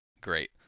great